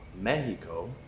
Mexico